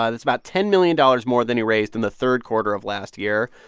ah that's about ten million dollars more than he raised in the third quarter of last year.